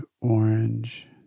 orange